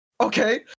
Okay